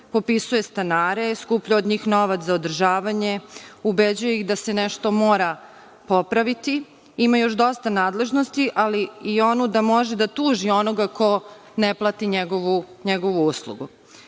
popisuje stanare, skuplja novac za održavanje, ubeđuje ih da se nešto mora popraviti, ima još dosta nadležnosti, ali i onu da može da tuži onoga ko ne plati njegovu uslugu. Zatim,